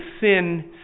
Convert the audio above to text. sin